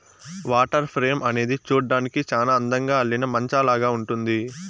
water frame అనేది చూడ్డానికి చానా అందంగా అల్లిన మంచాలాగా ఉంటుంది